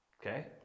Okay